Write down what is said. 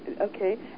Okay